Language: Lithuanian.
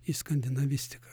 į skandinavistiką